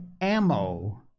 ammo